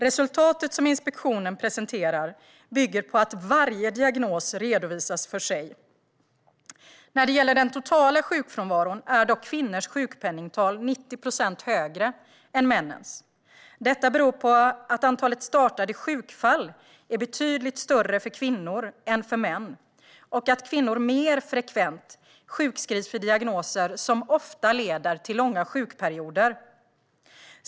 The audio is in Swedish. Resultatet som inspektionen presenterar bygger på att varje diagnos redovisas för sig. När det gäller den totala sjukfrånvaron är dock kvinnors sjukpenningtal 90 procent högre än männens. Detta beror på att antalet startade sjukfall är betydligt större för kvinnor än för män och att kvinnor mer frekvent sjukskrivs för diagnoser som ofta leder till långa sjukperioder.